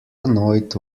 annoyed